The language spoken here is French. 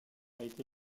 été